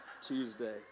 Tuesday